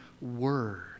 Word